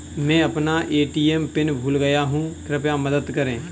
मैं अपना ATM pin भूल गया हूँ, कृपया मदद करें